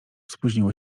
spóźniło